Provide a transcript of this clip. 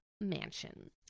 Mansion